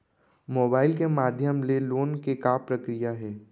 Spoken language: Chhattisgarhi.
मोबाइल के माधयम ले लोन के का प्रक्रिया हे?